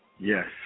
Yes